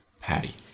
patty